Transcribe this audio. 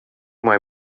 mai